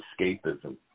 escapism